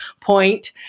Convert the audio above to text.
point